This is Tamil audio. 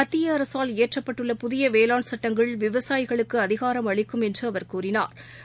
மத்தியஅரசால் இயற்றப்பட்டுள்ள புதியவேளாண் சட்டங்கள் விவசாயிகளுக்குஅதிகாரம் அளிக்கும் என்றுஅவர் கூறினா்